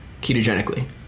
ketogenically